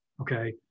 okay